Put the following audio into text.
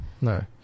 No